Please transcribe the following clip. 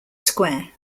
square